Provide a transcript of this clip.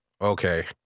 okay